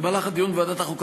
במהלך הדיון בוועדת החוקה,